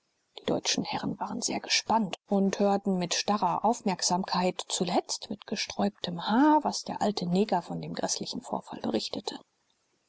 die deutschen herren waren sehr gespannt und hörten mit starrer aufmerksamkeit zuletzt mit gesträubtem haar was der alte neger von dem gräßlichen vorfall berichtete